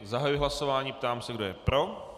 Zahajuji hlasování a ptám se, kdo je pro.